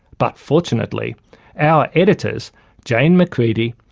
but fortunately our editors jane mccredie,